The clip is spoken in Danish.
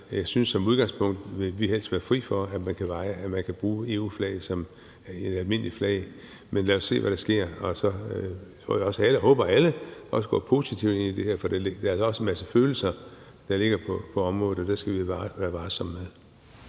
Jeg synes i udgangspunktet, at vi helst vil være fri for, at man kan bruge EU-flaget som et almindeligt flag. Men lad os se, hvad der sker. Jeg tror og håber, at alle også går positivt ind i det her, for der er også en masse følelser, der ligger på området, og det skal vi være ret varsomme med.